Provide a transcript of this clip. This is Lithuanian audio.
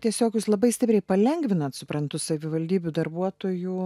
tiesiog jūs labai stipriai palengvinat suprantu savivaldybių darbuotojų